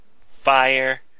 fire